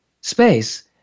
space